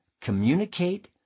Communicate